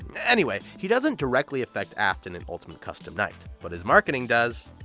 anyway, he doesn't directly affect afton in ultimate custom night, but his marketing does!